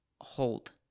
hold